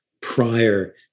prior